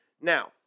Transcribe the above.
Now